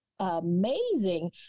Amazing